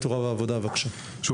שוב,